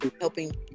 Helping